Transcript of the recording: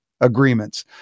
agreements